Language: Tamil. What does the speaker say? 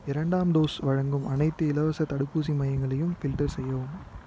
இரண்டாம் டோஸ் வழங்கும் அனைத்து இலவசத் தடுப்பூசி மையங்களையும் ஃபில்டர் செய்யவும்